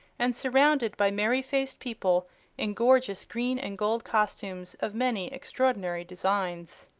and surrounded by merry faced people in gorgeous green-and-gold costumes of many extraordinary designs.